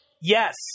Yes